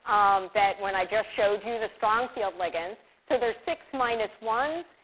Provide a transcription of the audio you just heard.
um that when i just showed you the strong field ligands. so there's six minus ones.